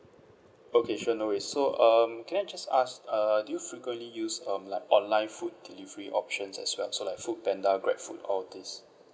okay sure no worries so um can I just ask uh do you frequently use um like online food delivery options as well so like foodpanda grabfood all these